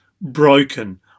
broken